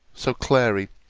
so, clary,